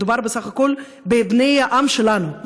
מדובר בסך הכול בבני העם שלנו,